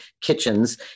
kitchens